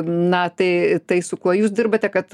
na tai tai su kuo jūs dirbate kad